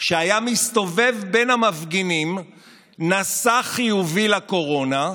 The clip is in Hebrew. שהיה מסתובב בין המפגינים נשא חיובי לקורונה,